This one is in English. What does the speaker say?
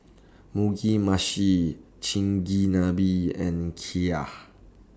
Mugi Meshi Chigenabe and Kheer